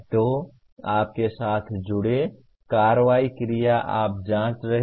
तो आप के साथ जुड़े कार्रवाई क्रिया आप जाँच रहे हैं